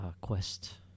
quest